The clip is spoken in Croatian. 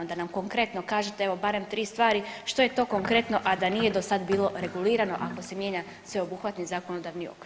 Da nam konkretno kažete evo barem 3 stvari što je to konkretno, a da nije dosada bilo regulirano ako se mijenja sveobuhvatni zakonodavni okvir.